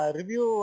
review